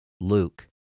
Luke